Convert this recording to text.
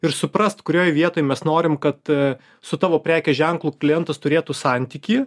ir suprast kurioj vietoj mes norim kad su tavo prekės ženklu klientas turėtų santykį